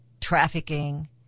trafficking